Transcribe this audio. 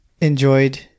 enjoyed